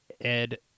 Ed